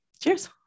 Cheers